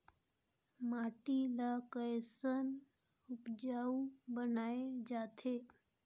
माटी ला कैसन उपजाऊ बनाय जाथे?